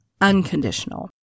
unconditional